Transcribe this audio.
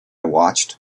watched